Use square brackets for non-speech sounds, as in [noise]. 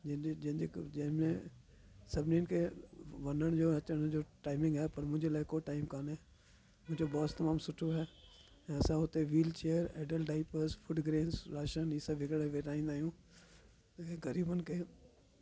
जंहिंजे जंहिंजे जंहिंमें सभिनीनि खे वञण जो ऐं अचण जो टाइमिंग आहे पर मुंहिंजे लाइ कोई टाइम कोन्हे मुंहिंजो बॉस तमामु सुठो आहे ऐं असां हुते wheelchair adult diaper food grains ration इहे सभु [unintelligible] करे विराहिंदायूं ऐं ग़रीबन खे